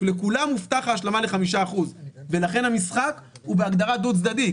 לכולם מובטחת ההשלמה ל-5% ולכן המשחק הוא בהגדרה דו צדדי.